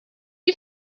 you